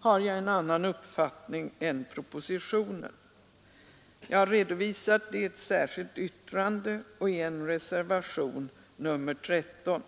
har jag en annan uppfattning 30 maj 1973 propositionen. Jag har redovisat denna i ett särskilt yttrande och i ————— reservationen 13.